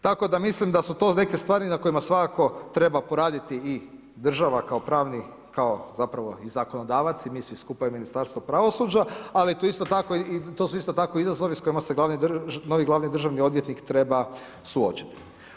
Tako da mislim da su to neke stvari na kojima svakako treba poraditi i država kao pravni, kao zapravo i zakonodavac i mi svi skupa i ministarstvo pravosuđa, ali to isto tako i to su isto tako izazovi s kojima se novi glavni državni odvjetnik treba suočiti.